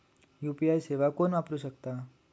UPI सेवा कोण वापरू शकता?